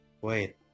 wait